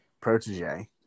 protege